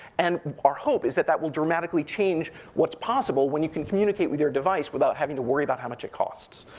and our hope, is that that will dramatically change what's possible, when you can communicate with your device without having to worry about how much it costs.